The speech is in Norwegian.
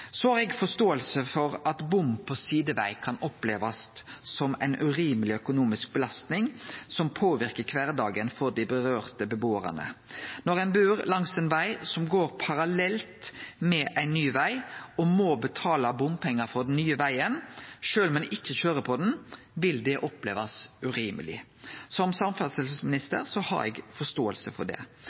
Eg har forståing for at bom på sideveg kan opplevast som ei urimeleg økonomisk belastning som påverkar kvardagen for dei bebuarane det gjeld. Når ein bur langs ein veg som går parallelt med ein ny veg, og ein må betale bompengar på den nye vegen sjølv om ein ikkje køyrer på han, vil det opplevast som urimeleg. Som samferdselsminister har eg forståing for det.